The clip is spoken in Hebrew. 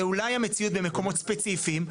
זו אולי המציאות במקומות ספציפיים.